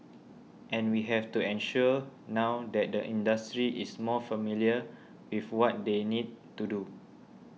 and we have to ensure now that the industry is more familiar with what they need to do